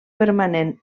permanent